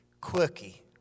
quirky